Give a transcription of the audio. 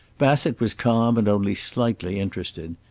bassett was calm and only slightly interested.